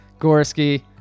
Gorski